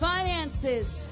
Finances